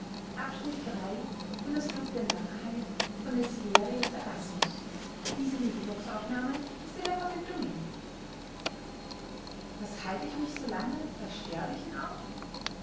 was halt ich mich so lange bey sterblichen auf